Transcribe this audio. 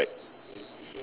ya correct